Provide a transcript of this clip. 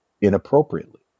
inappropriately